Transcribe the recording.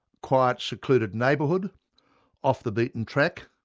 quiet, secluded neighbourhood off the beaten track,